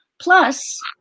Plus